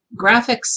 graphics